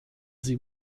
sie